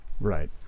Right